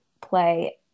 play